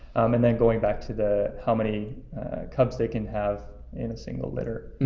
and then going back to the how many cubs they can have in a single litter.